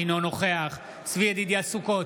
אינו נוכח צבי ידידיה סוכות,